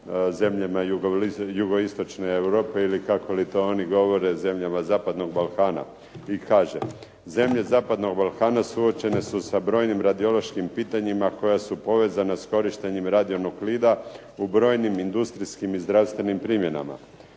zemljama jugoistočne Europe, ili kako li to oni govore zemljama zapadnog Balkana. I kaže zemlje zapadnog Balkana suočene su sa brojnim radiološkim pitanjima koja su povezana s korištenjem radionuklida u brojnim industrijskim i zdravstvenim primjenama.